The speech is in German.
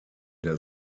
der